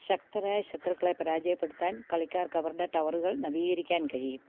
ശക്തരായ ശത്രുക്കളെ പരാജയപ്പെടുത്താൻ കളിക്കാർക്ക് അവരുടെ ടവറുകൾ നവീകരിക്കാൻ കഴിയും